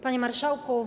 Panie Marszałku!